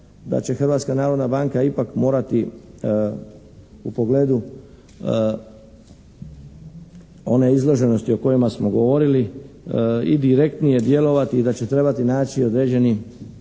banka ipak morati u pogledu one izloženosti o kojima smo govorili i direktnije djelovati i da će trebati naći određeni